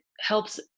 helps